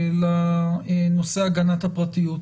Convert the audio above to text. אלא נושא הגנת הפרטיות,